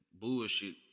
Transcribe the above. bullshit